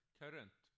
current